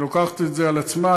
שלוקחת את זה על עצמה.